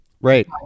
Right